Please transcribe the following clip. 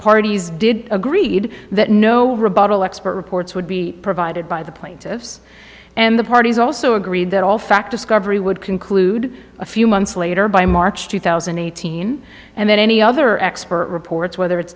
parties did agreed that no rebuttal expert reports would be provided by the plaintiffs and the parties also agreed that all fact discovery would conclude a few months later by march two thousand and eighteen and then any other expert reports whether it's